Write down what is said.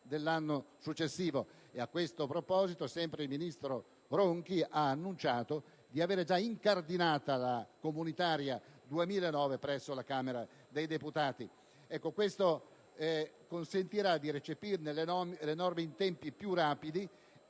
dell'anno successivo. E a questo proposito, sempre il ministro Ronchi ha annunciato di avere già incardinato la legge comunitaria per il 2009 presso la Camera dei deputati. Questo consentirà di recepirne le norme in tempi più rapidi